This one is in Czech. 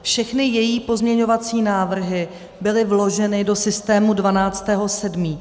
Všechny její pozměňovací návrhy byly vloženy do systému 12. 7.